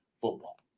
football